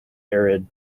arid